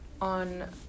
on